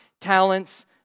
talents